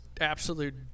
absolute